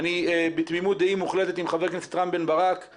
אני בתמימות דעים מוחלטת עם חבר הכנסת רם בן ברק,